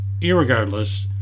irregardless